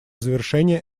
завершения